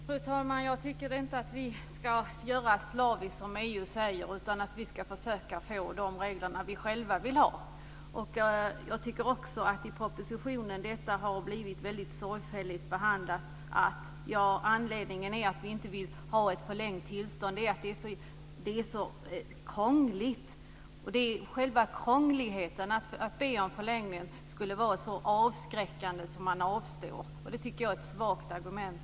Fru talman! Jag tycker inte att vi ska göra slaviskt som EU säger. Vi ska försöka få de regler som vi själva vill ha. Jag tycker också att detta har blivit väldigt sorgfälligt behandlat i propositionen. Anledningen till att vi inte vill ha ett förlängt tillstånd är att det är så krångligt. Det är själva krångligheten att be om en förlängning som skulle vara så avskräckande att man avstår. Det tycker jag är ett svagt argument.